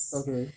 okay